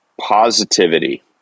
Positivity